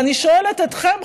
ואני שואלת אתכם,